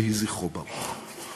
יהי זכרו ברוך.